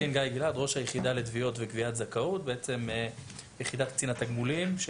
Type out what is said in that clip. ראש היחידה לתביעות וקביעת זכאות ביחידת קצין התגמולים,